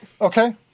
Okay